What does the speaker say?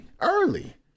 early